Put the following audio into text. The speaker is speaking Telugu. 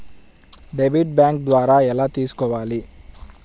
డెబిట్ బ్యాంకు ద్వారా ఎలా తీసుకోవాలి?